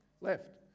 left